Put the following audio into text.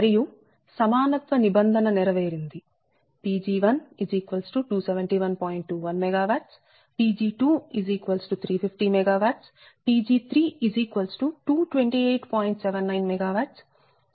మరియు సమానత్వ నిబంధన నెరవేరిందిPg1271